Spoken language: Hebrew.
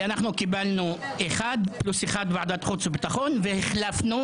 זה כי אנחנו קיבלנו אחד פלוס אחד בוועדת החוץ והביטחון והחלפנו.